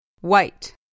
White